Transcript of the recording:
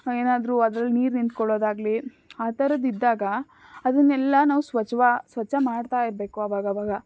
ಏನಾದ್ರೂ ಅದ್ರಲ್ಲಿ ನೀರು ನಿಂತ್ಕೊಳ್ಳೋದಾಗ್ಲಿ ಆ ಥರದ್ದು ಇದ್ದಾಗ ಅದನ್ನೆಲ್ಲ ನಾವು ಸ್ವಚ್ಛವಾ ಸ್ವಚ್ಛ ಮಾಡ್ತಾ ಇರಬೇಕು ಆವಾಗ್ ಆವಾಗ